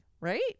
right